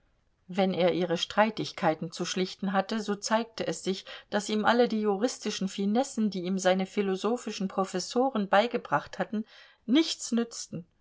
wenn er ihre streitigkeiten zu schlichten hatte so zeigte es sich daß ihm alle die juristischen finessen die ihm seine philosophischen professoren beigebracht hatten nichts nützten